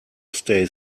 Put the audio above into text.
stay